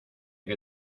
que